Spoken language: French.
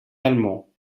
allemands